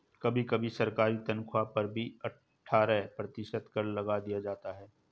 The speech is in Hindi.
कभी कभी सरकारी तन्ख्वाह पर भी अट्ठारह प्रतिशत कर लगा दिया जाता है